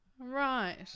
Right